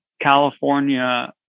California